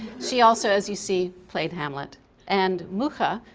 she also, as you see, played hamlet and mucha,